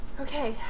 Okay